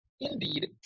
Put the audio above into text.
Indeed